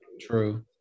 True